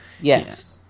yes